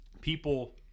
people